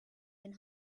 been